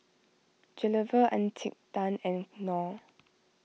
Gilera Encik Tan and Knorr